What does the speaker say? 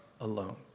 alone